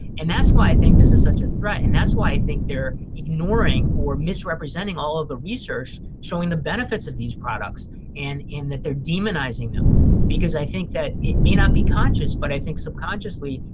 and that's why i think this is such a threat and that's why i think they're ignoring or misrepresenting all of the research showing the benefits of these products and that they're demonizing them because i think that it may not be conscious, but i think subconsciously,